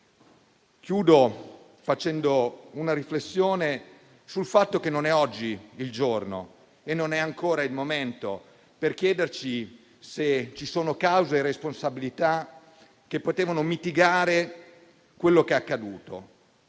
Concludo facendo una riflessione. Non è ancora il giorno e non è ancora il momento per chiederci se ci sono cause e responsabilità che possano mitigare quello che è accaduto.